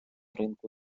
ринку